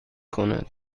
کند